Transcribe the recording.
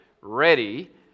ready